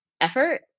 effort